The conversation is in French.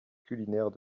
culinaires